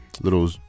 little